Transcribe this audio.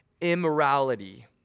immorality